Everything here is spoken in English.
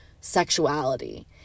sexuality